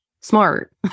smart